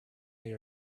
they